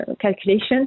calculation